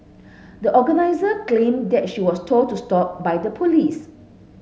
the organiser claimed that she was told to stop by the police